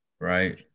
right